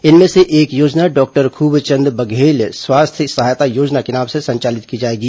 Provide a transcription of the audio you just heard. इनमें से एक योजना डॉक्टर खूबचंद बघेल स्वास्थ्य सहायता योजना के नाम से संचालित की जाएगी